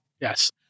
Yes